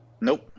Nope